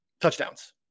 touchdowns